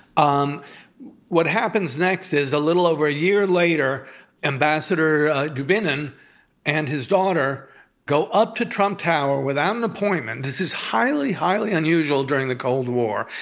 um what happens next is a little over a year later ambassador dubinin and his daughter go up to trump tower without an appointment. this is highly, highly unusual during the cold war.